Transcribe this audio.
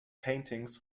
paintings